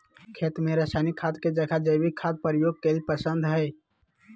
खेत में रासायनिक खाद के जगह जैविक खाद प्रयोग कईल पसंद हई